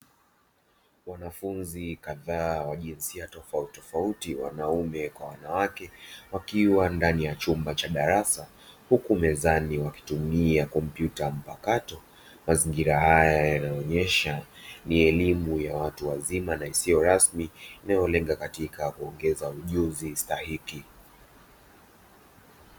Wanafunzi kadhaa wa jinsia tofautitofauti wanaume kwa wanawake wakiwa ndani ya chumba cha darasa, huku mezani wakitumia kompyuta mpakato. Mazingira haya yanaonyesha ni elimu ya watu wazima na isiyo rasmi inayolenga katika kuongeza ujuzi stahiki.